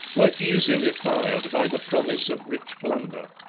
were easily fired by the promise of rich plunder.